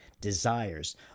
desires